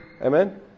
Amen